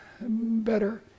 better